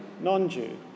non-Jew